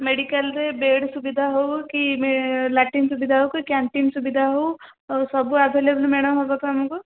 ମେଡ଼ିକାଲରେ ବେଡ଼୍ ସୁବିଧା ହଉ କି ଲାଟିନ୍ ସୁବିଧା ହଉ କି କ୍ୟାଣ୍ଟିନ୍ ସୁବିଧା ହଉ ସବୁ ଆଭେଲେବଲ୍ ମ୍ୟାଡାମ୍ ହବ ତ ଆମକୁ